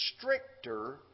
stricter